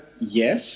yes